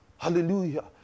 Hallelujah